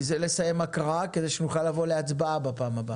לסיים הקראה כדי שנוכל לבוא להצבעה בפעם הבאה.